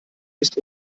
ist